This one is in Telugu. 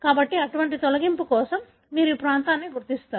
కాబట్టి అటువంటి తొలగింపు కోసం మీరు ఏ ప్రాంతాన్ని గుర్తిస్తారు